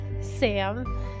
Sam